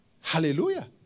Hallelujah